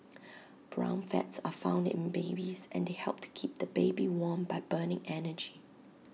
brown fats are found in babies and they help to keep the baby warm by burning energy